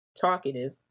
talkative